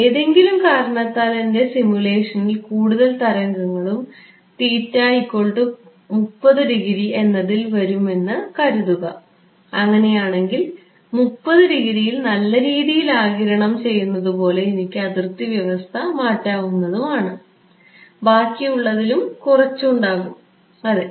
ഏതെങ്കിലും കാരണത്താൽ എൻറെ സിമുലേഷനിൽ കൂടുതൽ തരംഗങ്ങളും എന്നതിൽ വരും എന്ന് കരുതുക അങ്ങനെയാണെങ്കിൽ യിൽ നല്ല രീതിയിൽ ആഗിരണം ചെയ്യുന്നതുപോലെ എനിക്ക് അതിർത്തി വ്യവസ്ഥ മാറ്റാവുന്നതാണ് ബാക്കിയുള്ളതിലും കുറച്ചുണ്ടാകും അതെ